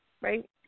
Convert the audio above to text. right